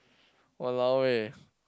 !walao eh!